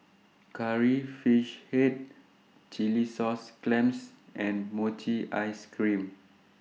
Curry Fish Head Chilli Sauce Clams and Mochi Ice Cream